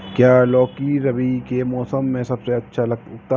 क्या लौकी रबी के मौसम में सबसे अच्छा उगता है?